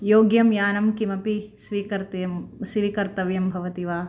योग्यं यानं किमपि स्वीकर्तुं स्वीकर्तव्यं भवति वा